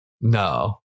No